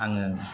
आङो